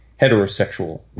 heterosexual